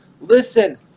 Listen